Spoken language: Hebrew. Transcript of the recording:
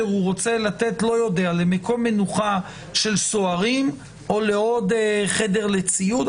הוא רוצה לתת למקום מנוחה של סוהרים או עוד חדר לציוד,